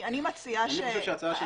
אני חושב שההצעה של מר פישר היא הצעה טובה.